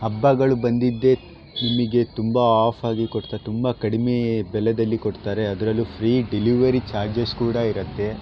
ಹಬ್ಬಗಳು ಬಂದಿದ್ದೆ ನಿಮಗೆ ತುಂಬಾ ಆಫ್ ಆಗಿ ಕೊಡ್ತಾರೆ ತುಂಬಾ ಕಡಿಮೆ ಬೆಲೆದಲ್ಲಿ ಕೊಡ್ತಾರೆ ಅದರಲ್ಲೂ ಫ್ರೀ ಡೆಲಿವರಿ ಚಾರ್ಜಸ್ ಕೂಡ ಇರತ್ತೆ